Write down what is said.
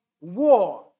war